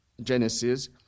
Genesis